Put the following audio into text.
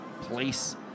place